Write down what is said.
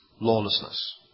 lawlessness